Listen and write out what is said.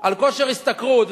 על כושר השתכרות,